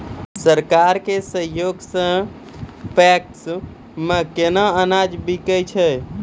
सरकार के सहयोग सऽ पैक्स मे केना अनाज बिकै छै?